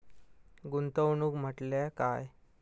गुंतवणूक म्हटल्या काय?